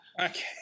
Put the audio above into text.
Okay